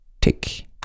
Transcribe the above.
tick